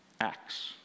Acts